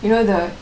you know the